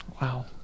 Wow